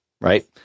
right